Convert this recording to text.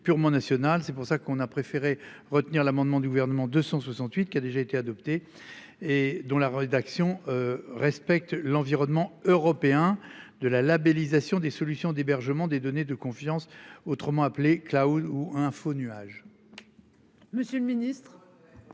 C'est pour ça qu'on a préféré retenir l'amendement du gouvernement 268 qui a déjà été adoptée et dont la rédaction respecte l'environnement européen de la labellisation des solutions d'hébergement des données de confiance autrement appelé Claude ou info nuages.